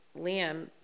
Liam